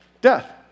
Death